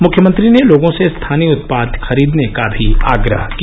मुख्यमंत्री ने लोगों से स्थानीय उत्पाद खरीदने का भी आग्रह किया